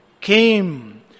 came